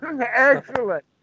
Excellent